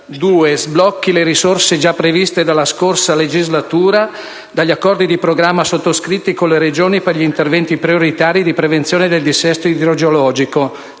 sblocchi le risorse già previste dalla scorsa legislatura dagli accordi di programma sottoscritti con le Regioni per gli interventi prioritari di prevenzione del dissesto idrogeologico;